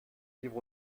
livre